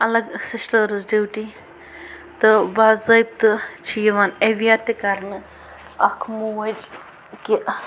الگ sisters duty تہٕ باضٲبطہٕ چھِ یِوان اٮ۪وِیَر تہِ کَرنہٕ اَکھ موج کہِ